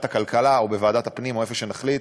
הכלכלה או בוועדת הפנים או איפה שנחליט,